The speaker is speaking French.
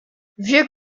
vieux